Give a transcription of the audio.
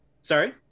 sorry